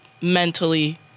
mentally